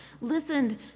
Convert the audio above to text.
listened